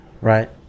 Right